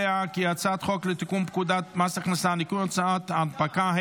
הצעת חוק לתיקון פקודת מס הכנסה (ניכוי הוצאות הנפקה),